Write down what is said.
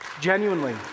Genuinely